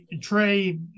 Trey